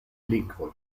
lingvoj